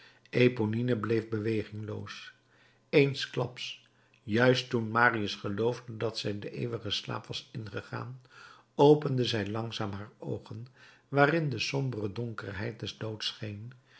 eponine bleef bewegingloos eensklaps juist toen marius geloofde dat zij den eeuwigen slaap was ingegaan opende zij langzaam haar oogen waarin de sombere donkerheid des